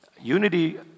Unity